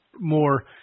more